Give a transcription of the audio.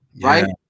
right